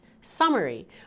summary